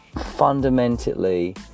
fundamentally